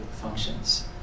functions